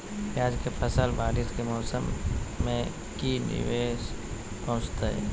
प्याज के फसल बारिस के मौसम में की निवेस पहुचैताई?